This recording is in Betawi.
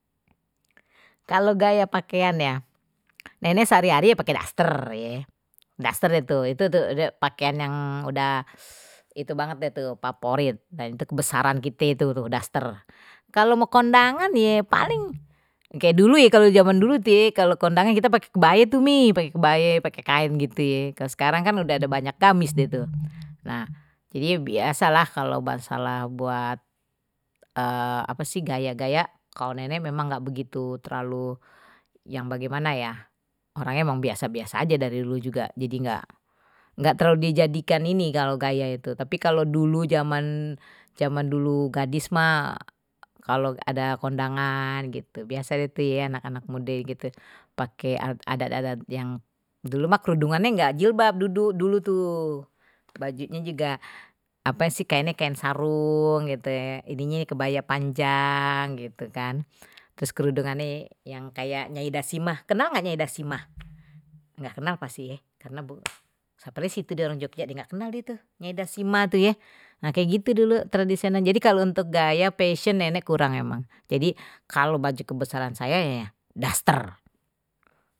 Kalo gaya pakaian ya, nenek sehari-hari ya pakai daster, daster itu itu tuh dia tuh favorit nah itu kebesaran kite tuh daster, kalau mau kondangan ya paling kayak dulu ya kalau zaman dulu tuh kalau kondangan kita pakai kebaya tuh mi, pakai kebaya, pakai kain gitu ya, kalau sekarang kan udah ada banyak gamis gitu, nah jadi biasalah kalau masalah buat apa sih gaya-gaya kalau nenek memang enggak begitu terlalu yang bagaimana ya, orangnya emang biasa-biasa aja dari dulu juga jadi enggak enggak terlalu dijadikan ini, kalau gaya itu tapi kalau dulu zaman zaman dulu gadis mah, kalau ada kondangan gitu biasa itu ya anak-anak mode gitu pakai adat yang dulu mah kerudungannya enggak jilbab dulu tuh bajunye juga apa sih kayaknya kain sarung gitu ini kebaya panjang gitu kan terus kerudungannya yang kayak nyai dasimah, kenal ga nyai dasimah, ga kenal ye karena bu katanya situ dia orang jogja jadi enggak kenal gitu ngedah sima itu ya nah kayak gitu dulu tradisional jadi kalau untuk gaya fashion nenek kurang emang jadi kalau baju kebesaran saya ya daster.